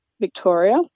Victoria